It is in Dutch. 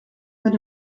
met